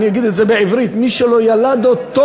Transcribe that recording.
אני אגיד בעברית: מי שלא ילד אותו,